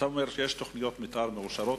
כשאתה אומר שיש תוכניות מיתאר מאושרות,